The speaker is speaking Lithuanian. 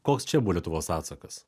koks čia buvo lietuvos atsakas